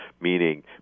meaning